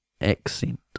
Accent